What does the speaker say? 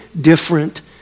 different